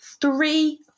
three